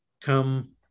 come